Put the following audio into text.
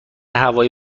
هوایی